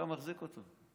אתה מחזיק אותו.